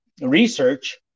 research